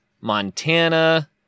Montana